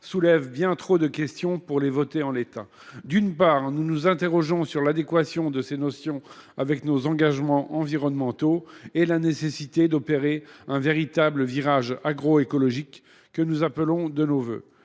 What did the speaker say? soulève de trop nombreuses questions pour voter le texte en l’état. D’une part, nous nous interrogeons sur l’adéquation de ces concepts avec nos engagements environnementaux et avec la nécessité de réaliser un véritable virage agroécologique, que nous appelons de nos vœux.